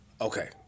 Okay